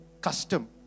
custom